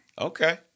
Okay